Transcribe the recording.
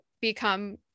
become